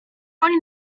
oni